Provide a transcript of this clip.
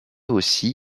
aussi